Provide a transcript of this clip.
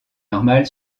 normale